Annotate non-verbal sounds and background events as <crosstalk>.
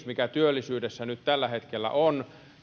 <unintelligible> mikä työllisyydessä nyt tällä hetkellä on